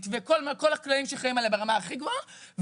וכל הכללים שחלים עליה ברמה הכי גבוהה,